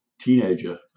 Teenager